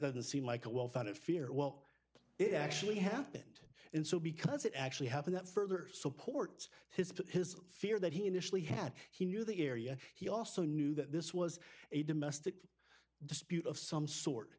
then seemed like a well founded fear well it actually happened and so because it actually happened that further supports his his fear that he initially had he knew the area he also knew that this was a domestic dispute of some sort